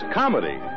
comedy